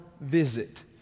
visit